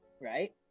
right